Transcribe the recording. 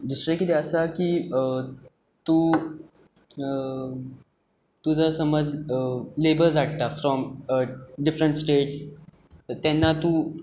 दुसरे कितें आसा की तूं तूं जर समज लेबर्स हाडटा फ्रॉम डिफरंट स्टेट तेन्ना तूं